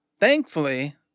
Thankfully